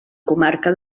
comarca